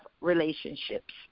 relationships